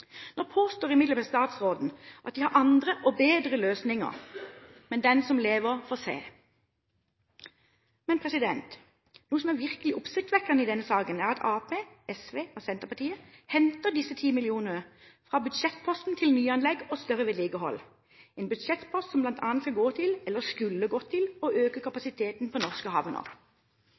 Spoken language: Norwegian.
Nå påstår imidlertid statsråden at de har andre og bedre løsninger, men den som lever, får se. Noe som er virkelig oppsiktsvekkende i denne saken, er at Arbeiderpartiet, SV og Senterpartiet henter disse 10 mill. kr fra budsjettposten til nyanlegg og større vedlikehold, en budsjettpost som bl.a. skal gå til – eller skulle ha gått til – å øke kapasiteten på norske